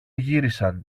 γύρισαν